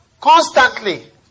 constantly